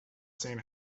seen